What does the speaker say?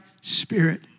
spirit